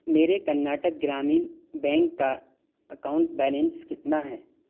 میرے کرناٹک گرامین بینک کا account balance کتنا ہے